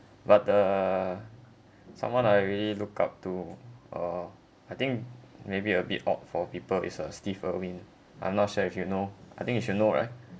but uh someone I really look up to uh I think maybe a bit odd for people is uh steve irwin I'm not sure if you know I think you should know right right